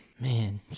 Man